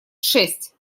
шесть